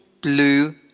blue